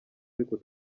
ariko